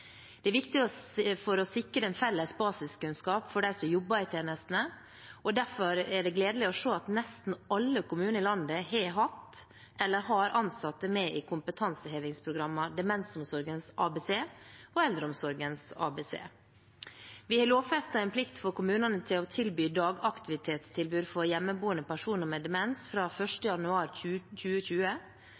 Det er viktig for å sikre en felles basiskunnskap for dem som jobber i tjenestene, og derfor er det gledelig å se at nesten alle kommuner i landet har eller har hatt ansatte som har deltatt i kompetansehevingsprogrammene Demensomsorgens ABC og Eldreomsorgens ABC. Vi har lovfestet en plikt for kommunene til å tilby dagaktivitetstilbud for hjemmeboende personer med demens fra 1. januar